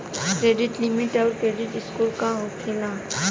Credit limit आउर credit score का होखेला?